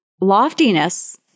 loftiness